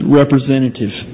representative